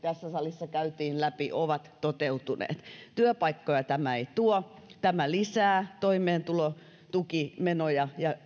tässä salissa käytiin läpi ovat toteutuneet työpaikkoja tämä ei tuo tämä lisää toimeentulotukimenoja ja